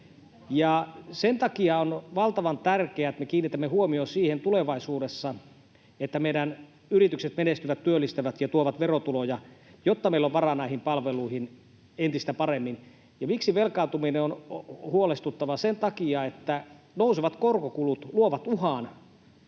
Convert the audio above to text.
Sen takia on valtavan tärkeätä, että me kiinnitämme huomion tulevaisuudessa siihen, että meidän yritykset menestyvät, työllistävät ja tuovat verotuloja, jotta meillä on varaa näihin palveluihin entistä paremmin. Miksi velkaantuminen on huolestuttavaa? Sen takia, että nousevat korkokulut luovat uhan